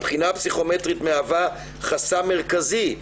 הבחינה הפסיכומטרית מהווה חסם מרכזי.